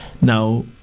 now